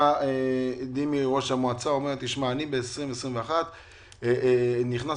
דימה ראש המועצה אומר שב-2021 הוא נכנס